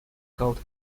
called